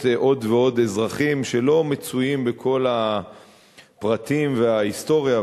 עוד ועוד אזרחים שלא מצויים בכל הפרטים וההיסטוריה,